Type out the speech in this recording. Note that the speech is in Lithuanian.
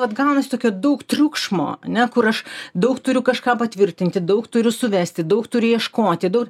vat gaunasi tokio daug triukšmo ane kur aš daug turiu kažką patvirtinti daug turiu suvesti daug turiu ieškoti daug